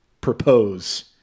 propose